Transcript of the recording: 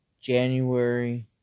January